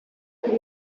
per